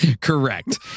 Correct